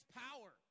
power